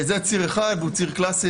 זה ציר אחד, והוא ציר קלסי.